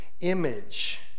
image